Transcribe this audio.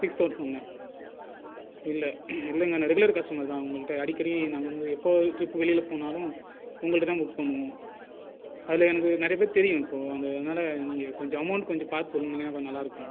sixth தவ்சல்ன்ன இல்லை இல்லேங்க நான் ரெகுலரு கஸ்டமர் தான் அவங்கள்ட்ட அடிக்கடி நான் வந்து எப்போவாது ட்ரிப் வெளியில் போனாலும் உங்கள்ட்ட தான் புக் பண்ணுவோம் அதில் எனக்கு நிறையா பேர் தெரியும் ஸோ அங்கே அதனால் நீங்கள் கொஞ்சம் அமௌன்ட் கொஞ்சம் பார்த்து சொன்னீங்கன்னா கொஞ்சம் நல்லாயிருக்கும்